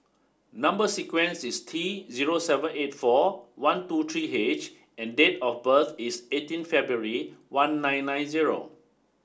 number sequence is T zero seven eight four one two three H and date of birth is eighteen February one nine nine zero